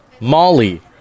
Molly